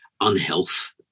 unhealth